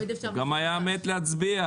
הוא גם היה מת להצביע.